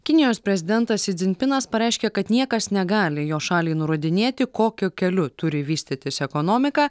kinijos prezidentas si dzinpinas pareiškė kad niekas negali jo šaliai nurodinėti kokiu keliu turi vystytis ekonomika